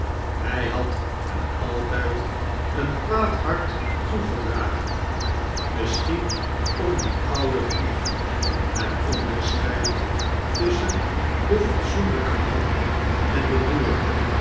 hy had hem altyd een kwaad hart toegedragen misschien om die oude grief het onderscheid tusschen den fatsoenlyken man en den boer